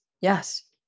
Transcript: Yes